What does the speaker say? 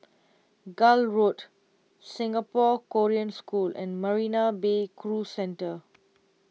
Gul Road Singapore Korean School and Marina Bay Cruise Centre